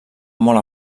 molt